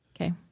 Okay